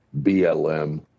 BLM